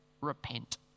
repent